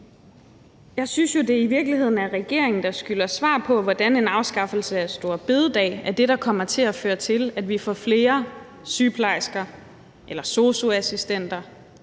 Jeg synes jo, at det i virkeligheden er regeringen, der skylder svar på, hvordan en afskaffelse af store bededag er det, der kommer til at føre til, at vi får flere sygeplejersker eller sosu-assistenter